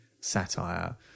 satire